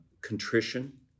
contrition